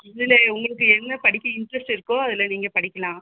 அதில் உங்களுக்கு என்ன படிக்க இன்ட்ரெஸ்ட் இருக்கோ அதில் நீங்கள் படிக்கலாம்